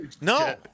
No